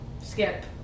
skip